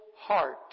heart